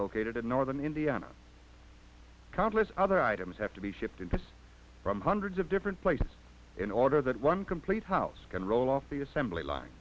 located in northern indiana accomplish other items have to be shipped in from hundreds of different places in order that one complete house can roll off the assembly line